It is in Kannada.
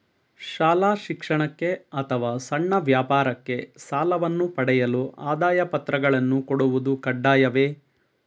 ಶಾಲಾ ಶಿಕ್ಷಣಕ್ಕೆ ಅಥವಾ ಸಣ್ಣ ವ್ಯಾಪಾರಕ್ಕೆ ಸಾಲವನ್ನು ಪಡೆಯಲು ಆದಾಯ ಪತ್ರಗಳನ್ನು ಕೊಡುವುದು ಕಡ್ಡಾಯವೇ?